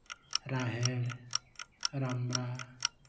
ᱨᱟᱦᱮᱲ ᱨᱟᱢᱲᱟ